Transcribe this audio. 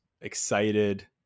excited